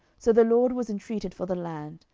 so the lord was intreated for the land,